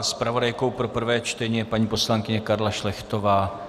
Zpravodajkou pro prvé čtení je paní poslankyně Karla Šlechtová.